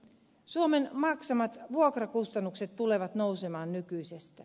suomen maksamat vuokrakustannukset tulevat nousemaan nykyisestä